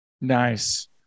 Nice